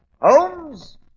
Holmes